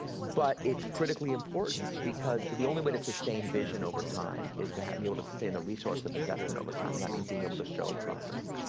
but it's critically important because the only way to sustain vision over time is to be able to stay in the resource of investment over time, and that means being able to show progress.